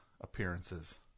appearances